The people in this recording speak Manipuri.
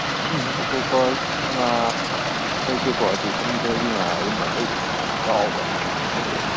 ꯑꯇꯣꯞꯄ ꯉꯥ ꯍꯥꯏꯗꯤ ꯂꯩꯇꯦꯀꯣ ꯑꯗꯨꯁꯨ ꯁꯃꯨꯗ꯭ꯔꯒꯤ ꯉꯥꯒꯨꯝꯕ ꯂꯩꯗꯅ ꯈꯔ ꯆꯥꯎꯕ ꯑꯆꯧꯕ